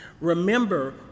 Remember